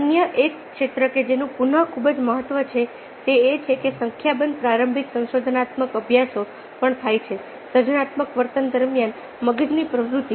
અન્ય એક ક્ષેત્ર કે જેનું પુનઃ ખૂબ જ મહત્વ છે તે એ છે કે સંખ્યાબંધ પ્રારંભિક સંશોધનાત્મક અભ્યાસો પણ થયા છે સર્જનાત્મક વર્તન દરમિયાન મગજની પ્રવૃત્તિ